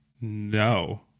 no